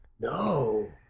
No